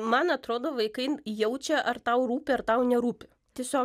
man atrodo vaikai jaučia ar tau rūpi ar tau nerūpi tiesiog